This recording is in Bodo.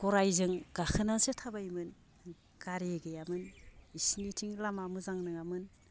गरायजों गाखोनासो थाबायोमोन गारि गैयामोन इसिनिथिं लामा मोजां नङामोन